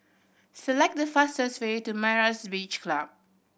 select the fastest way to Myra's Beach Club